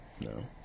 no